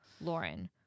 Lauren